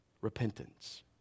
repentance